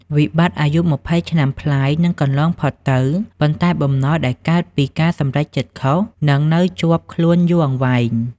វិបត្តិអាយុ២០ឆ្នាំប្លាយនឹងកន្លងផុតទៅ ប៉ុន្តែបំណុលដែលកើតពីការសម្រេចចិត្តខុស នឹងនៅជាប់ខ្លួនយូរអង្វែង។